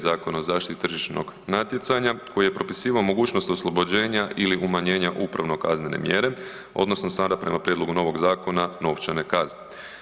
Zakona o zaštiti tržišnog natjecanja koji je propisivao mogućnost oslobođenja ili umanjenja upravnokaznene mjere odnosno sada prema prijedlogu novog zakona novčane kazne.